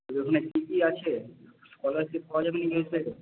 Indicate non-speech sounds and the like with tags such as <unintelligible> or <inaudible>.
তোদের ওখানে কি কি আছে স্কলারশিপ পাওয়া যাবে কি <unintelligible> থেকে